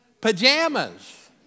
Pajamas